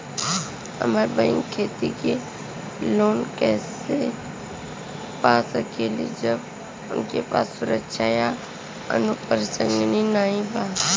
हमार बहिन खेती के लोन कईसे पा सकेली जबकि उनके पास सुरक्षा या अनुपरसांगिक नाई बा?